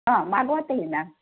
हां मागवते ना